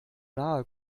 nahe